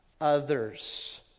Others